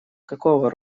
какого